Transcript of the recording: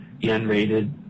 unrated